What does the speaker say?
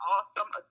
Awesome